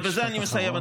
ובזה אני מסיים,